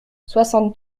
soixante